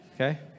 Okay